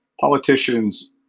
politicians